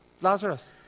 Lazarus